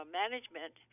management